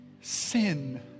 Sin